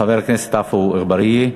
חבר הכנסת עפו אגבאריה.